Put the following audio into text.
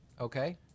Okay